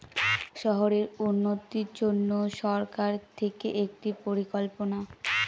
শহরের উন্নতির জন্য সরকার থেকে একটি পরিকল্পনা